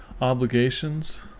obligations